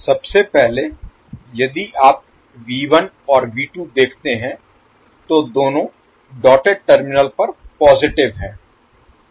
सबसे पहले यदि आप V1 और V2 देखते हैं तो दोनों डॉटेड टर्मिनल पर पॉजिटिव हैं